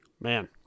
Man